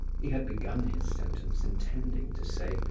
he had begun his sentence intending to say,